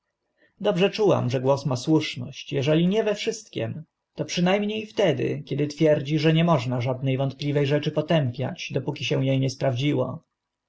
dobrze czułam że głos ma słuszność eżeli nie we wszystkim to przyna mnie wtedy kiedy twierdzi że nie można żadne wątpliwe rzeczy potępiać dopóki się e nie sprawdziło